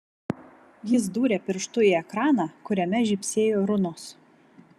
jis dūrė pirštu į ekraną kuriame žybsėjo runos